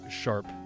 sharp